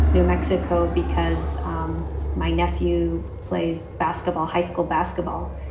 new mexico, because um my nephew plays basketball, high school basketball.